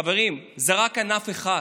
חברים, זה רק ענף אחד.